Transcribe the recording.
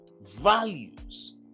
values